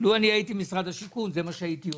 לו אני הייתי משרד השיכון, זה מה שהייתי עושה,